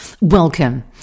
Welcome